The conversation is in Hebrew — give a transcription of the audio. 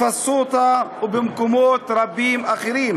פסוטה ומקומות רבים אחרים.